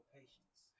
patience